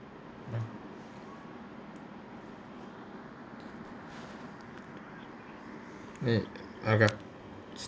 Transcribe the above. mm eh okay